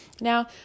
Now